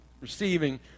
receiving